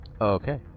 Okay